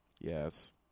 Yes